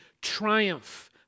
triumph